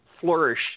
flourish